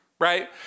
right